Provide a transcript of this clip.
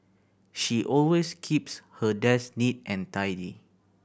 she always keeps her desk neat and tidy